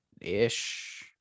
ish